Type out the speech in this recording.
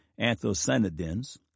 anthocyanidins